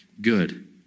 good